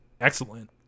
excellent